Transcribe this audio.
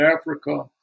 Africa